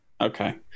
okay